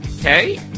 Hey